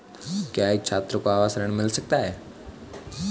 क्या एक छात्र को आवास ऋण मिल सकता है?